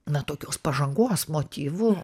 na tokios pažangos motyvu